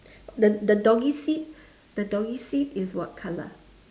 the the doggy seat the doggy seat is what colour